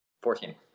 fourteen